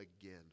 again